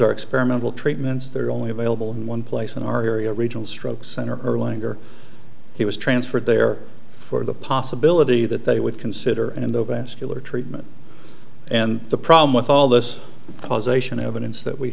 are experimental treatments that are only available in one place in our area regional stroke center earlier he was transferred there for the possibility that they would consider in the vascular treatment and the problem with all this causation evidence that we